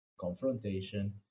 confrontation